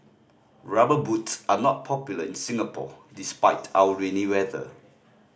Rubber Boots are not popular in Singapore despite our rainy weather